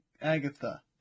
Agatha